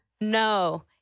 No